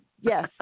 Yes